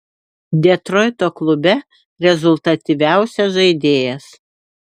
detroito klube rezultatyviausias žaidėjas